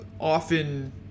often